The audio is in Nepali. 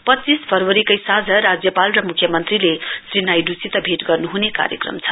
पच्चीस फरवरीकै साँझ राज्यपाल र मुख्यमन्त्री श्री नाइड्सित भैट गर्नुहने कार्यक्रम छ